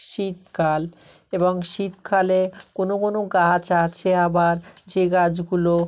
শীতকাল এবং শীতকালে কোনো কোনো গাছ আছে আবার যে গাছগুলো